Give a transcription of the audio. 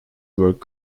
work